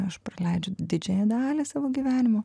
aš praleidžiu didžiąją dalį savo gyvenimo